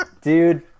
Dude